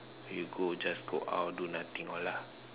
you go just go out and do nothing all lah